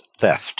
theft